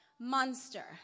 monster